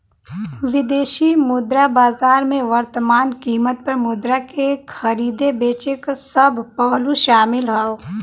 विदेशी मुद्रा बाजार में वर्तमान कीमत पर मुद्रा के खरीदे बेचे क सब पहलू शामिल हौ